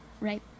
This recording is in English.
right